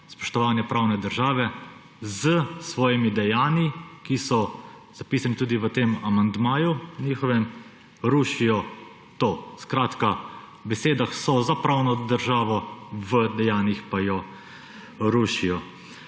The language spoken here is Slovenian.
spoštovanja pravne države, s svojimi dejanji, ki so zapisani tudi v tem njihovem amandmaju, rušijo to. Skratka, v besedah so za pravno državo, v dejanjih pa jo rušijo.